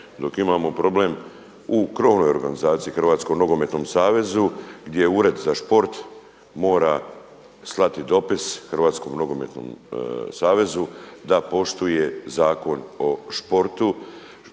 Dok imamo problem u krovnoj organizaciji Hrvatskom nogometnom savezu gdje Ured za sport mora slati dopis HNS-u da poštuje Zakon o sportu.